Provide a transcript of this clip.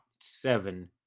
seven